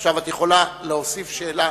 עכשיו, את יכולה להוסיף שאלה.